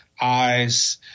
eyes